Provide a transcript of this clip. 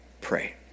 pray